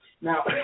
Now